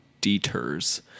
deters